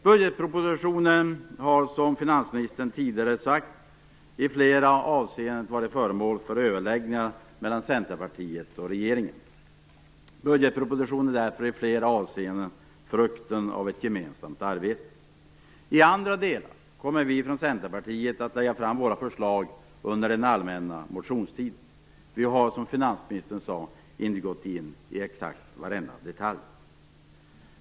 Budgetpropositionen har, som finansministern tidigare sagt, i flera avseenden varit föremål för överläggningar mellan Centerpartiet och regeringen. Budgetpropositionen är därför i flera avseenden frukten av ett gemensamt arbete. I andra delar kommer vi från Centerpartiet att lägga fram våra förslag under den allmänna motionstiden. Vi har inte gått in i exakt varenda detalj.